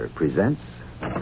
presents